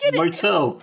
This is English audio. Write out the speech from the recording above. motel